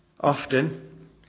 Often